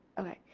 okay.